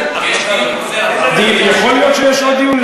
אבל יש דיון חוזר, יכול להיות שיש עוד דיון.